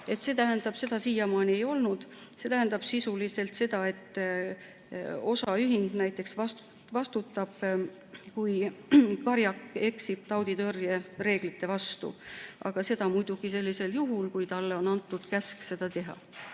esindaja. Seda siiamaani ei olnud. See tähendab sisuliselt seda, et osaühing näiteks vastutab, kui karjak eksib tauditõrjereeglite vastu, aga seda muidugi sellisel juhul, kui talle on antud käsk seda teha,